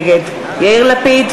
נגד יאיר לפיד,